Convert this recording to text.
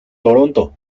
toronto